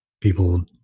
people